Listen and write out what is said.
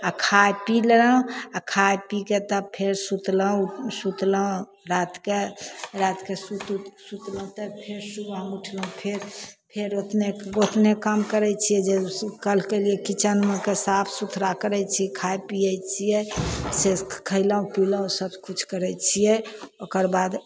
आओर खाय पी लेलहुँ आओर खाय पीके तब फेर सुतलहुँ सुतलहुँ रातिके रातिके सुत उतके सुतलहुँ तब फेर सुबह उठलहुँ फेर फेर उतने उतने काम करय छियै जे कलके लिये किचेनके साफ सुथरा करय छियै खाय पीयै छियै से खयलहुँ पीलहुँ सब कुछ करय छियै ओकर बाद